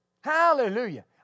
Hallelujah